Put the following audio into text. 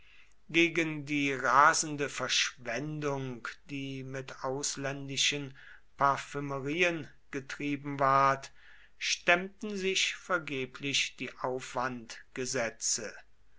gegen die rasende verschwendung die mit ausländischen parfümerien getrieben ward stemmten sich vergeblich die